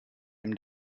him